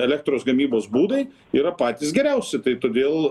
elektros gamybos būdai yra patys geriausi tai todėl